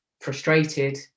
frustrated